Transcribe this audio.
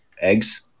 eggs